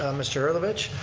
ah mr. herlovich.